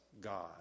God